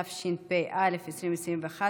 התשפ"א 2021,